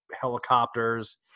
helicopters